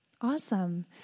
Awesome